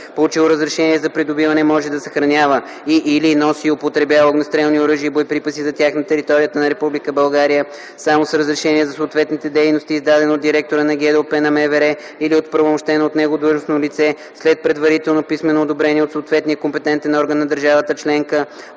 получило разрешение за придобиване, може да съхранява и/или носи и употребява огнестрелни оръжия и боеприпаси за тях на територията на Република България само с разрешение за съответните дейности, издадено от директора на ГДОП на МВР или от оправомощено от него длъжностно лице, след предварително писмено одобрение от съответния компетентен орган на държавата членка,